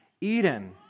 Eden